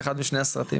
זה אחד משני הסרטים,